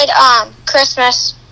Christmas